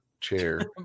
chair